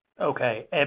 Okay